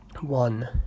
one